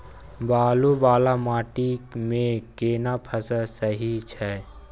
बालू वाला माटी मे केना फसल सही छै?